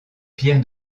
pierres